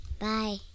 Bye